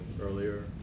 earlier